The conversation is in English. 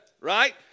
right